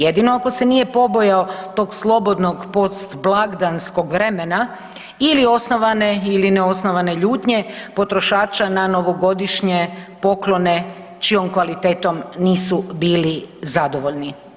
Jedino ako se nije pobojao tog slobodnog postblagdanskog vremena ili osnovane ili neosnovane ljutnje potrošača na novogodišnje poklone čijom kvalitetom nisu bili zadovoljni?